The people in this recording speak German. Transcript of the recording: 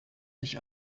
sich